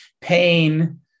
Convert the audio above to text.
Pain